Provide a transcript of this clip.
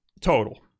total